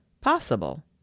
possible